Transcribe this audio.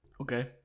Okay